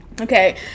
okay